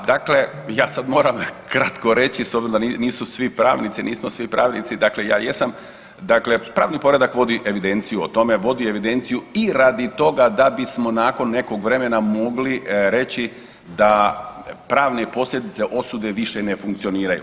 A dakle, ja sad moram kratko reći s obzirom da nisu svi pravnici, nismo svi pravnici, dakle ja jesam, dakle pravni poredak vodi evidenciju o tome, vodi evidenciju i radi toga da bismo nakon nekog vremena mogli reći da pravne posljedice osude više ne funkcioniraju.